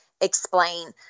explain